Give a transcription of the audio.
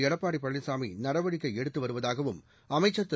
எடப்பாடி பழனிசாமி நடவடிக்கை எடுத்து வருவதாகவும் அமைச்சர் திரு